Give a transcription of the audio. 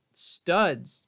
studs